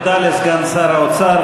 תודה לסגן שר האוצר,